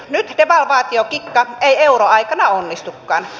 nyt devalvaatiokikka ei euron aikana onnistukaan